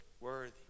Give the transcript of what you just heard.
worthy